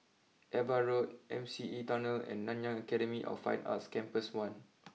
Ava Road M C E Tunnel and Nanyang Academy of Fine Arts Campus one